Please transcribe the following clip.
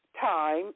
time